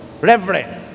reverend